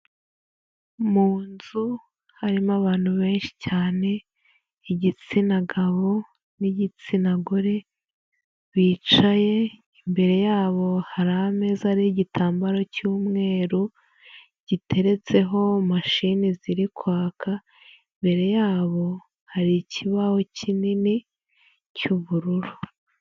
Mu nzu harimo abantu benshi cyane, igitsina gabo nigitsina gore, bicaye imbere yabo hari ameza ariho igitambaro cy'umweru, giteretseho mashini ziri kwaka, imbere yabo hari ikibaho kinini cy'ubururu.